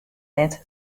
net